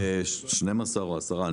שנים-עשר או עשרה.